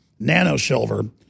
nanosilver